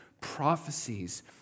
prophecies